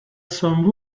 some